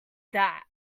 that